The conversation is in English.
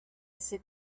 sit